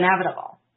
inevitable